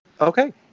Okay